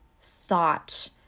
thought